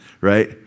right